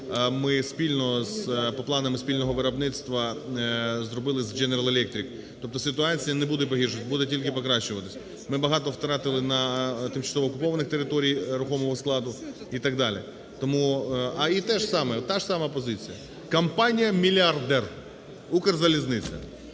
ми спільно, по планам спільного виробництва, зробили з General Electric. Тобто ситуація не буде погіршуватися, а буде тільки покращуватися. Ми багато втратили на тимчасово окупованих територіях рухомого складу і так далі. І те ж саме, та ж сама позиція. Компанія-мільярдер "Укрзалізниця"